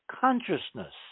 consciousness